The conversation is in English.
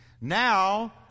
Now